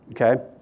okay